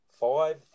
five